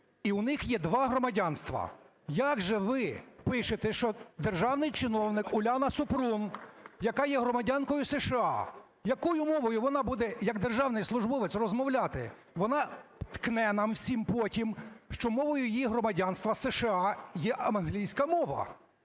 і в них є два громадянства. Як же ви пишете, що державний чиновник Уляна Супрун, яка є громадянкою США, якою мовою вона буде як державний службовець розмовляти? Вона ткне нам всім потім, що мовою її громадянства, США, є англійська мова,